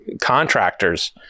contractors